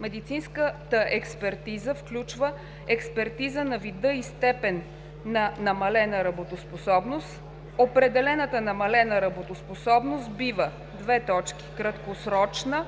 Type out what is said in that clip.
Медицинската експертиза включва експертиза на вида и степен на намалена работоспособност. Определената намалена работоспособност бива: краткосрочна,